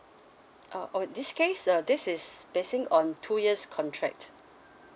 oh okay this case uh this is basing on two years contract